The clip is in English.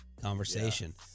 conversation